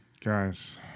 guys